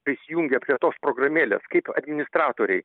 prisijungę prie tos programėlės kaip administratoriai